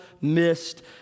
missed